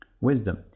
wisdom